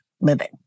living